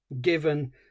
given